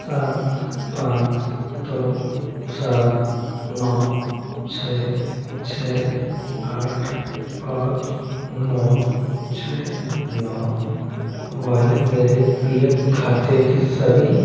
सात पाँच दो सात नौ छः छः आठ पाँच नौ छः नौ वाले मेरे पी एफ खाते की सभी